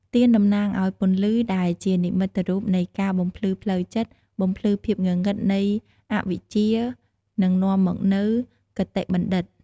ទៀនតំណាងឱ្យ ពន្លឺ ដែលជានិមិត្តរូបនៃការបំភ្លឺផ្លូវចិត្ត បំភ្លឺភាពងងឹតនៃអវិជ្ជា និងនាំមកនូវគតិបណ្ឌិត។